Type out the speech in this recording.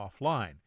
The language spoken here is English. offline